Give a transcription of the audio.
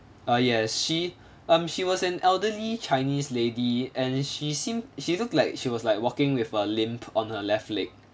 uh yes she um she was an elderly chinese lady and she seemed she looked like she was like walking with a limp on her left leg